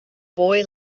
boy